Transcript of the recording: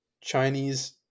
Chinese